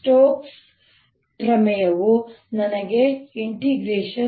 ಈಗ ಸ್ಟೋಕ್ಸ್ ಪ್ರಮೇಯವು ನನಗೆ B